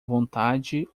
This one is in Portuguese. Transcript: vontade